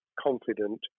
confident